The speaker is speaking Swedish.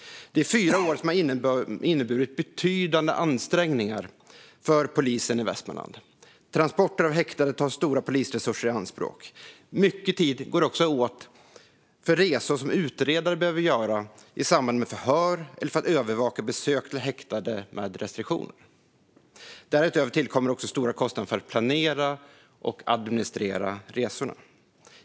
Det är fyra år som har inneburit betydande ansträngningar för polisen i Västmanland eftersom transporter av häktade tar stora polisresurser i anspråk. Mycket tid går också åt för resor som utredare behöver göra i samband med förhör eller för att övervaka besök till häktade med restriktioner. Därutöver tillkommer stora kostnader för att planera och administrera resorna.